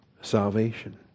salvation